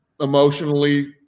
emotionally